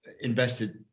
invested